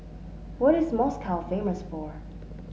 what is Moscow famous for